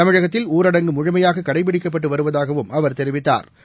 தமிழகத்தில் ஊரடங்கு முழுமையாககடைப்பிடிக்கப்பட்டுவருவதாகவும் அவர் தெரிவித்தாா்